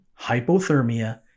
hypothermia